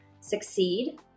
succeed